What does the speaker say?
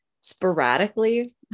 sporadically